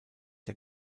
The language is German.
der